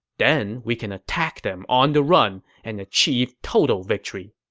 then we can attack them on the run and achieve total victory.